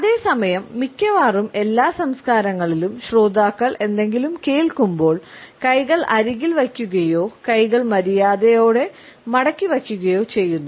അതേസമയം മിക്കവാറും എല്ലാ സംസ്കാരങ്ങളിലും ശ്രോതാക്കൾ എന്തെങ്കിലും കേൾക്കുമ്പോൾ കൈകൾ അരികിൽ വയ്ക്കുകയോ കൈകൾ മര്യാദയോടെ മടക്കിവയ്ക്കുകയോ ചെയ്യുന്നു